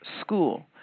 school